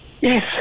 Yes